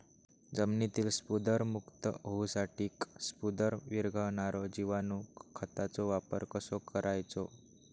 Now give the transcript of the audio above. जमिनीतील स्फुदरमुक्त होऊसाठीक स्फुदर वीरघळनारो जिवाणू खताचो वापर कसो करायचो?